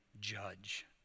judge